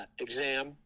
exam